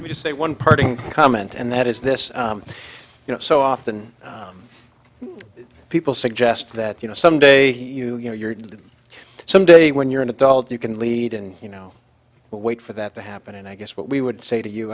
ok just say one party comment and that is this you know so often people suggest that you know some day you know you're someday when you're an adult you can lead and you know wait for that to happen and i guess what we would say to you